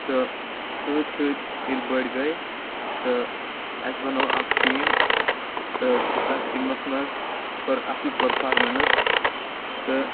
تہٕ سۭتۍ سۭتۍ ییٚلہِ بٔڈۍ گٔے تہٕ اَسہِ بنوو اَکھ ٹیٖم تہٕ تَتھ ٹیٖمَس منٛز کوٚر اَصٕل پٔرفارمٮ۪نس تہٕ